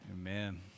Amen